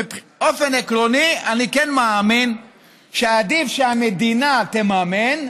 באופן עקרוני אני כן מאמין שעדיף שהמדינה תממן,